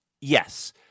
Yes